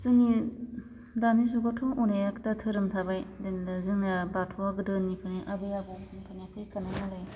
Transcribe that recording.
जोंनि दानि जुगावथ' अनेकथा धोरोम थाबाय जों दा जोंनिया बाथौआ गोदोनिफ्राय आबै आबौमोननिफ्रायनो फैखानाय आरो